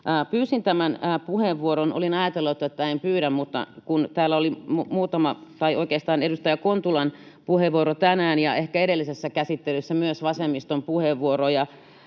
Pyysin tämän puheenvuoron — olin ajatellut, että en pyydä — kun täällä oli tänään edustaja Kontulan puheenvuoro ja ehkä myös edellisessä käsittelyssä vasemmiston puheenvuoroja